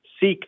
seek